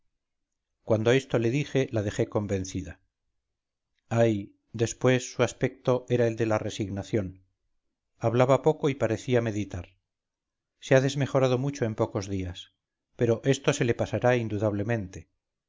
cuando esto le dije la dejé convencida ay después su aspecto era el de la resignación hablaba poco y parecía meditar se ha desmejorado mucho en pocos días pero esto se le pasará indudablemente